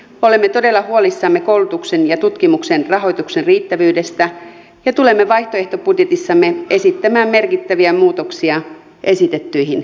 olemme todella huolissamme koulutuksen ja tutkimuksen rahoituksen riittävyydestä ja tulemme vaihtoehtobudjetissamme esittämään merkittäviä muutoksia esitettyihin leikkauksiin